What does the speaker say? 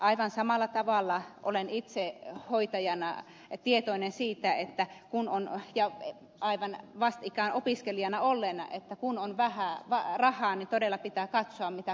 aivan samalla tavalla olen itse hoitajana tietoinen siitä ja aivan vastikään opiskelijana olleena että kun on vähän rahaa niin todella pitää katsoa mitä kaupasta ottaa